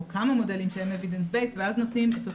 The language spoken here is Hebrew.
או כמה מודלים שהם evidence based ואז נותנים את אותה תרופה.